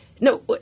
No